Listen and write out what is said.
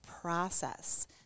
process